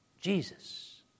Jesus